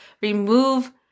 Remove